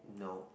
nope